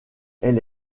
elle